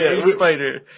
spider